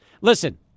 listen